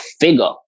figure